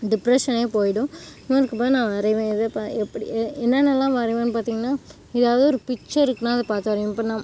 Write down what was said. டிப்ரெஷனே போய்விடும் நான் வரைவேன் எ என்னென்னவெலாம் வரைவேன்னு பார்த்திங்கனா எதாவது ஒரு பிக்ச்சர் இருக்குனால் அதை பார்த்து வரைவேன் இப்போ நான்